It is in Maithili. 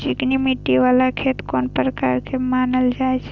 चिकनी मिट्टी बाला खेत कोन प्रकार के मानल जाय छै?